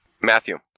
Matthew